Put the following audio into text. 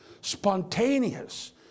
spontaneous